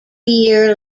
year